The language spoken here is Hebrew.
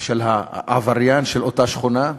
של העבריין של אותה שכונה,